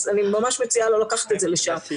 אז אני ממש מציעה לא לקחת את זה לשם.